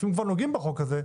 אם כבר נוגעים בחוק הזה,